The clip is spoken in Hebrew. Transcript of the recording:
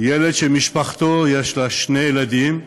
ילד, שלמשפחתו יש שני ילדים: